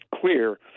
clear